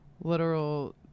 literal